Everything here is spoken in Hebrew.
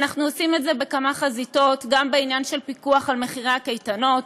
ואנחנו עושים את זה בכמה חזיתות: גם בעניין של פיקוח על מחירי הקייטנות,